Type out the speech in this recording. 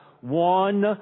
one